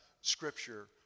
scripture